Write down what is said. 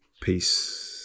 Peace